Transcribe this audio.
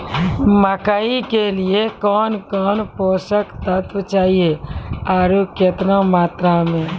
मकई के लिए कौन कौन पोसक तत्व चाहिए आरु केतना मात्रा मे?